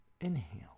Inhale